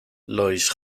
louis